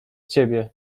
ciebie